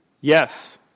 Yes